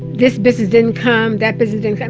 this business didn't come, that business didn't and